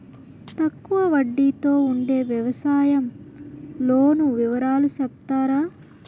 తక్కువ వడ్డీ తో ఉండే వ్యవసాయం లోను వివరాలు సెప్తారా?